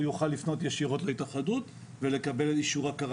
הוא יוכל לפנות ישירות להתאחדות ולקבל אישור הכרה